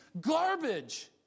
garbage